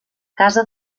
casa